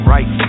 Right